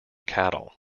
cattle